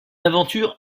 aventure